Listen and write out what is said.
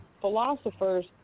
philosophers